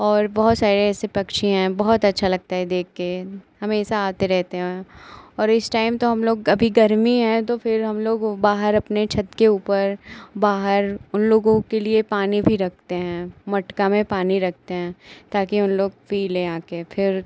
और बहुत सारे ऐसे पक्षी हैं बहुत अच्छा लगता है देखकर हमेशा आते रहते हैं और इस टाइम तो हमलोग अभी गर्मी है तो फिर हमलोग वह बाहर अपनी छत के ऊपर बाहर उन लोगों के लिए पानी भी रखते हैं मटका में पानी रखते हैं ताकि उन लोग पी लें आकर फिर